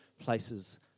places